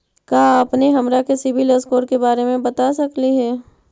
का अपने हमरा के सिबिल स्कोर के बारे मे बता सकली हे?